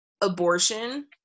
abortion